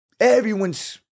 everyone's